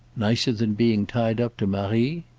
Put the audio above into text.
nicer than being tied up to marie?